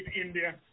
India